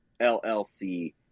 LLC